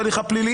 בוקר טוב לכולם,